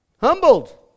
Humbled